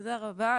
תודה רבה.